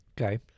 Okay